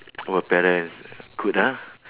our parents good ah